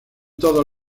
todos